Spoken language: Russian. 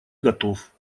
готов